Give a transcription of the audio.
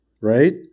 Right